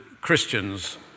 Christians